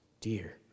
dear